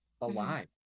alive